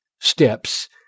steps